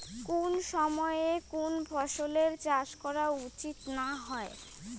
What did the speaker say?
কুন সময়ে কুন ফসলের চাষ করা উচিৎ না হয়?